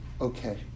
Okay